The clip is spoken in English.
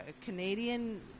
Canadian